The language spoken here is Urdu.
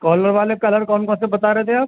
کلر والے کلر کون کون سے بتا رہے تھ آپ